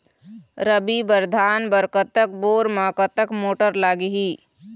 रबी बर धान बर कतक बोर म कतक मोटर लागिही?